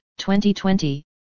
2020